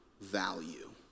value